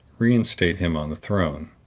reinstate him on the throne.